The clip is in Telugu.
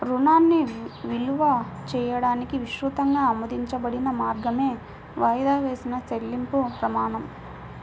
రుణాన్ని విలువ చేయడానికి విస్తృతంగా ఆమోదించబడిన మార్గమే వాయిదా వేసిన చెల్లింపు ప్రమాణం